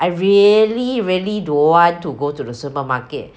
I really really don't want to go to the supermarket